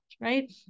Right